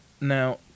now